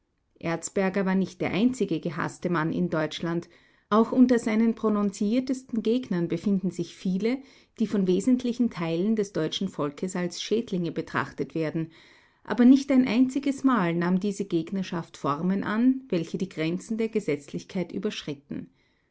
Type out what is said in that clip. erzberger war nicht der einzige gehaßte mann in deutschland auch unter seinen prononziertesten gegnern befinden sich viele die von wesentlichen teilen des deutschen volkes als schädlinge betrachtet werden aber nicht ein einziges mal nahm diese gegnerschaft formen an welche die grenzen der gesetzlichkeit überschritten